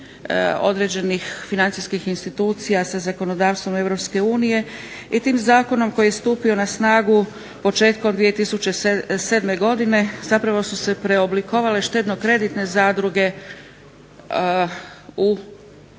određenih financijskih institucija sa zakonodavstvom Europske unije i tim zakonom koji je stupio na snagu početkom 2007. godine zapravo su se preoblikovale štedno-kreditne zadruge u